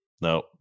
No